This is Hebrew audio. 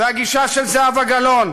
והגישה של זהבה גלאון,